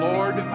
Lord